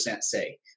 say